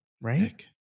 right